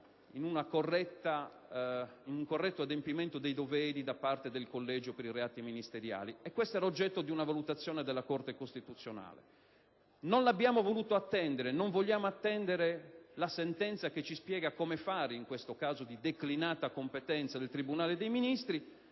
un corretto adempimento dei doveri da parte del Collegio per i reati ministeriali, e questo era oggetto di una valutazione della Corte costituzionale. Non abbiamo voluto né vogliamo attendere la sentenza che ci spieghi come procedere in questo caso di declinata competenza del tribunale dei ministri.